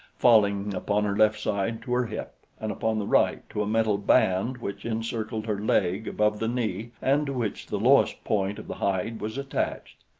falling upon her left side to her hip and upon the right to a metal band which encircled her leg above the knee and to which the lowest point of the hide was attached.